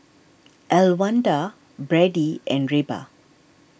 Elwanda Brady and Reba